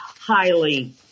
highly